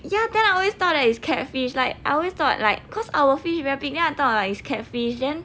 ya then I always thought that is catfish like I always thought like cause our fish very big then I thought it was catfish then